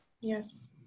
Yes